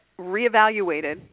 reevaluated